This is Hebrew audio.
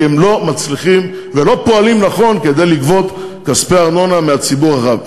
כי הם לא מצליחים ולא פועלים נכון כדי לגבות כספי ארנונה מהציבור הרחב.